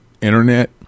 internet